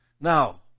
Now